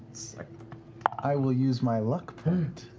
like i will use my luck point.